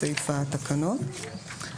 בסעיף התקנות.